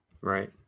right